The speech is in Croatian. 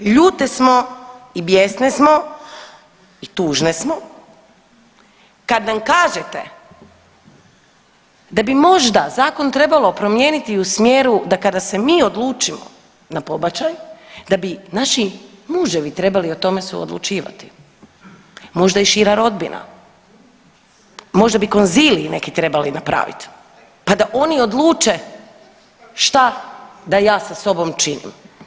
Ljute smo i bijesne smo i tužne smo kad nam kažete da bi možda zakon trebalo promijeniti i u smjeru da kada se mi odlučimo na pobačaj da bi naši muževi trebali o tome suodlučivati, možda i šira rodbina, možda bi konzilij neki trebali napraviti pa da oni odluče šta da ja sa sobom činim.